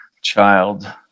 child